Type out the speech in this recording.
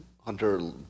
Hunter